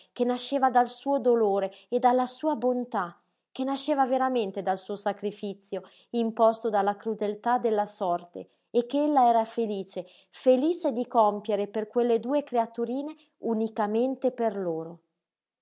che nasceva dal suo dolore e dalla sua bontà che nasceva veramente dal suo sacrifizio imposto dalla crudeltà della sorte e ch'ella era felice felice di compiere per quelle due creaturine unicamente per loro